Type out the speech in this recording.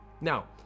Now